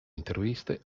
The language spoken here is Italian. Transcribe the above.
interviste